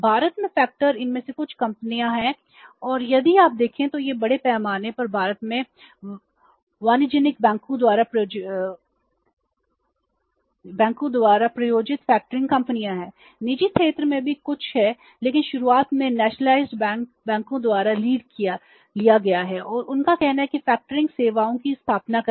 भारत में फैक्टर बैंकों द्वारा लीड लिया गया है और उनका कहना है कि फैक्टरिंग सेवाओं की स्थापना करें